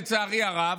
לצערי הרב,